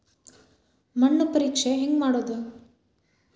ಮಣ್ಣು ಪರೇಕ್ಷೆ ಹೆಂಗ್ ಮಾಡೋದು?